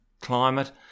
climate